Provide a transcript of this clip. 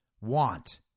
want